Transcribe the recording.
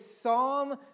psalm